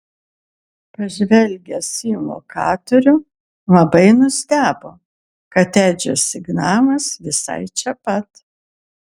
pažvelgęs į lokatorių labai nustebo kad edžio signalas visai čia pat